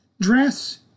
Dress